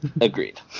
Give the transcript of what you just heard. Agreed